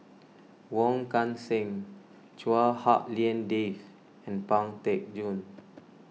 Wong Kan Seng Chua Hak Lien Dave and Pang Teck Joon